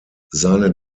seine